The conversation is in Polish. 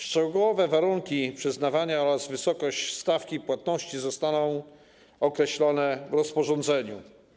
Szczegółowe warunki przyznawania oraz wysokość stawki płatności zostaną określone w rozporządzeniu.